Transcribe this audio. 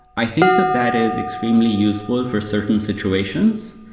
i think that that is extremely useful for certain situations.